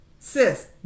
Sis